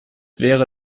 wäre